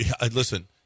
listen